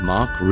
Mark